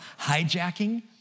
hijacking